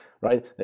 right